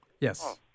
Yes